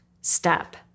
step